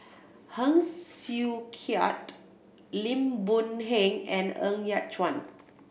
Heng Sui Keat Lim Boon Heng and Ng Yat Chuan